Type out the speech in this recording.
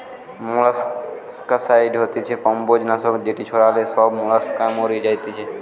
molluscicide হতিছে কম্বোজ নাশক যেটি ছড়ালে সব মোলাস্কা মরি যাতিছে